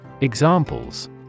Examples